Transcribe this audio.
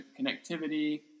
connectivity